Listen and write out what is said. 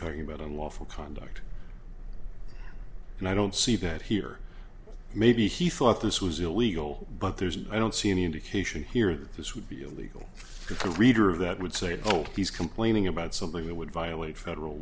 talking about unlawful conduct and i don't see that here maybe he thought this was illegal but there's i don't see any indication here that this would be illegal for a reader of that would say told he's complaining about something that would violate federal